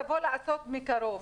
תבוא לעשות את המבחן מקרוב.